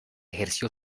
ejerció